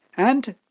and,